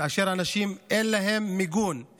כאשר לאנשים אין מיגון,